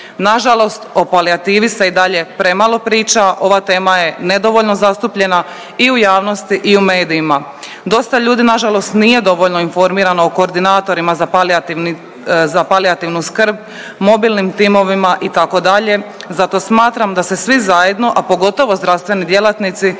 Nažalost o palijativi se i dalje premalo priča, ova tema je nedovoljno zastupljena i u javnosti i u medijima. Dosta ljudi, nažalost nije dovoljno informirano o koordinatorima za palijativnu skrb, mobilnim timovima, itd., zato smatram da se svi zajedno, a pogotovo zdravstveni djelatnici